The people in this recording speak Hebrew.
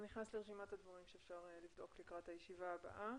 זה נכנס לרשימת הדברים שצריך לבדוק לקראת הישיבה הבאה.